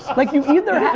like you either